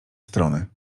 strony